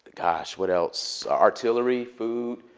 gosh, what else? artillery, food.